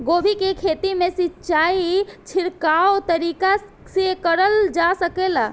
गोभी के खेती में सिचाई छिड़काव तरीका से क़रल जा सकेला?